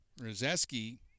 Rozeski